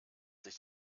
sich